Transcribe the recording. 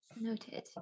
Noted